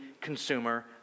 consumer